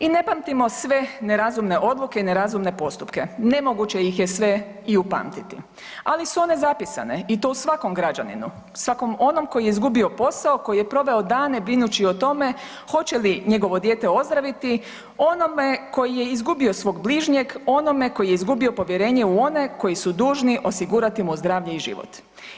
I ne pamtimo sve nerazumne odluke i nerazumne postupke, nemoguće ih je sve i upamtiti, ali su one zapisane i to u svakom građaninu, svakom onom koji je izgubio posao, koji je proveo dane brinući o tome hoće li njegovo dijete ozdraviti onome koji je izgubio svog bližnjeg, onome koji je izgubio povjerenje u one koji su dužni osigurati mu zdravlje i život.